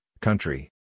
country